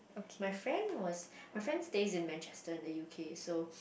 my friend was my friend stays in Manchester in the U_K so